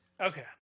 Okay